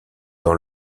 dans